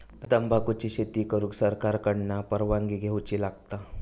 तंबाखुची शेती करुक सरकार कडना परवानगी घेवची लागता